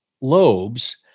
lobes